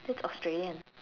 so it's Australian